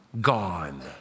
gone